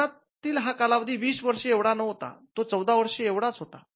भारतातील हा कालावधी २० वर्षे एवढा नव्हता तो १४ वर्षे एवढा होता